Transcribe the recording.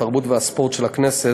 התרבות והספורט של הכנסת,